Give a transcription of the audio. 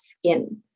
skin